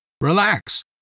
Relax